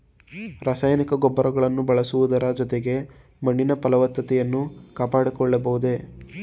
ರಾಸಾಯನಿಕ ಗೊಬ್ಬರಗಳನ್ನು ಬಳಸುವುದರ ಜೊತೆಗೆ ಮಣ್ಣಿನ ಫಲವತ್ತತೆಯನ್ನು ಕಾಪಾಡಿಕೊಳ್ಳಬಹುದೇ?